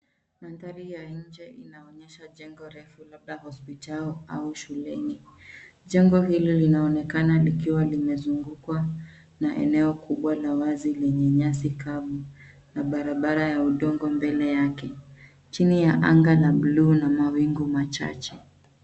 Mandhari ya nje inaonyesha jengo refu labda hospitali au shuleni. Jengo hilo linaonekana likiwa limezungukwa na eneo kubwa la wazi lenye nyasi kavu na barabara ya udongo mbele yake. Chini ya anga la buluu una mawingu machache.